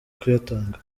kuyatanga